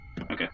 Okay